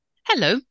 Hello